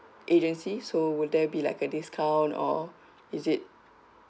agency so will there be like a discount or is it